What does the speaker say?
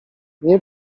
nie